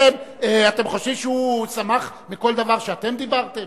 אתם חושבים שהוא שמח מכל דבר שאתם דיברתם?